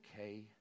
okay